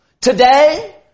Today